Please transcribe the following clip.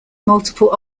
multiple